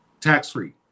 tax-free